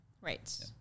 Right